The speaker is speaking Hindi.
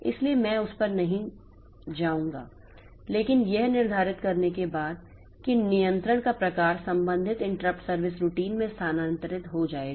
इसलिए मैं उस पर नहीं जाऊंगा लेकिन यह निर्धारित करने के बाद कि नियंत्रण का प्रकार संबंधित इंटरप्ट सर्विस रूटीन में स्थानांतरित हो जाएगा